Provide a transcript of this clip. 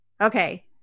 Okay